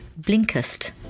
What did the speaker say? Blinkist